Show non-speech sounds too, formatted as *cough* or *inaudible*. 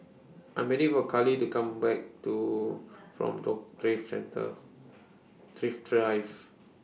I'm waiting For Karly to Come Back to from *unintelligible* Thrift Centre Thrift Drive